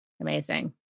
Amazing